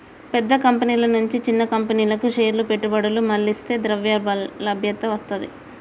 పెద్ద కంపెనీల నుంచి చిన్న కంపెనీలకు షేర్ల పెట్టుబడులు మళ్లిస్తే ద్రవ్యలభ్యత వత్తది